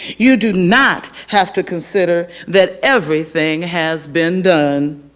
you do not have to consider that everything has been done.